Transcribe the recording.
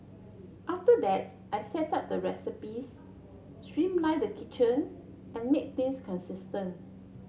after that I set up the recipes streamline the kitchen and made things consistent